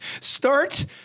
Start